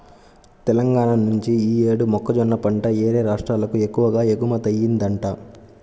తెలంగాణా నుంచి యీ యేడు మొక్కజొన్న పంట యేరే రాష్ట్రాలకు ఎక్కువగా ఎగుమతయ్యిందంట